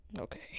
Okay